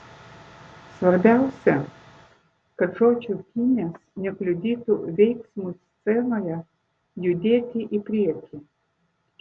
svarbiausia kad žodžių pynės nekliudytų veiksmui scenoje judėti į priekį